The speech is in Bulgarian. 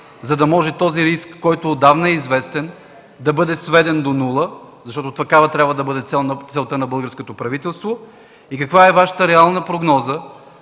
за да може този риск, който отдавна е известен, да бъде сведен до нула, защото такава трябва да бъде целта на българското правителство, и каква е Вашата реална прогноза